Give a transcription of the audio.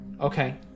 Okay